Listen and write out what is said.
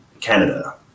Canada